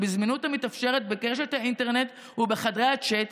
ובזמינות המתאפשרת ברשת האינטרנט ובחדרי הצ'אט,